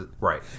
Right